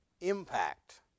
impact